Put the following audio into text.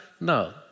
No